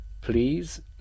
Please